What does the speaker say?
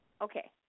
Okay